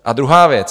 A druhá věc.